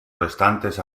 restantes